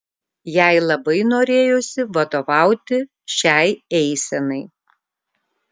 jai labai norėjosi vadovauti šiai eisenai